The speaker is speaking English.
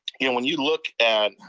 and when you look at